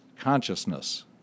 consciousness